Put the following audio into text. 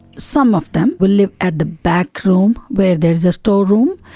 some of them will live at the back room where there is a storeroom,